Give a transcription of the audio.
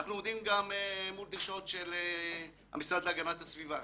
אנחנו עומדים גם מול דרישות של המשרד להגנת הסביבה.